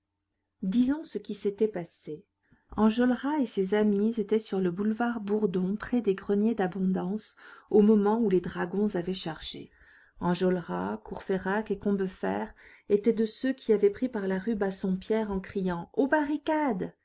disons ce qui s'était passé enjolras et ses amis étaient sur le boulevard bourdon près des greniers d'abondance au moment où les dragons avaient chargé enjolras courfeyrac et combeferre étaient de ceux qui avaient pris par la rue bassompierre en criant aux barricades